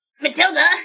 Matilda